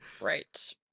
Right